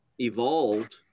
evolved